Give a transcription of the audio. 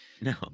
No